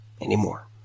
anymore